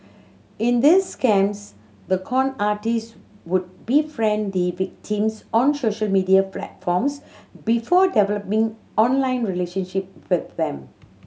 in these scams the con artist would befriend the victims on social media platforms before developing online relationship with them